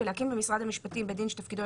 ולהקים במשרד המשפטים בית דין שתפקידו